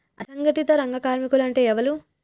అసంఘటిత రంగ కార్మికులు అంటే ఎవలూ?